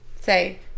Say